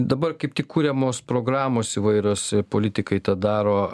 dabar kaip tik kuriamos programos įvairios politikai tą daro